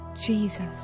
Jesus